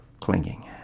clinging